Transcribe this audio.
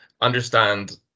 understand